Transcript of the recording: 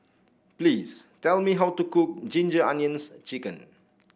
please tell me how to cook Ginger Onions chicken